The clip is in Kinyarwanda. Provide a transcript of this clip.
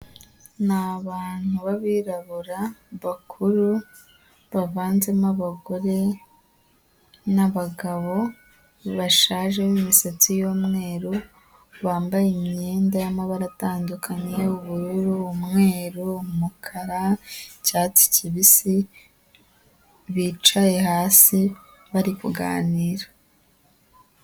Ni abantu b'abirabura bakuru bavanzemo abagore n'abagabo bashaje b'imisatsi y'umweru, bambaye imyenda y'amabara atandukanye ubururu, umweru, umukara, icyatsi kibisi, bicaye hasi bari kuganira.